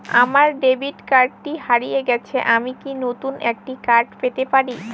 আমার ডেবিট কার্ডটি হারিয়ে গেছে আমি কি নতুন একটি কার্ড পেতে পারি?